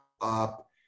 up